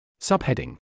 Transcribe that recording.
Subheading